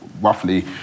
roughly